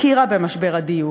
הכירה במשבר הדיור.